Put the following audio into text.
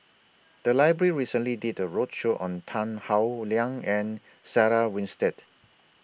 The Library recently did A roadshow on Tan Howe Liang and Sarah Winstedt